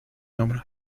hombro